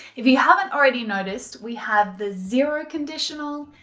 if you haven't already noticed, we have the zero conditional,